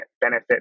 benefit